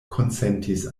konsentis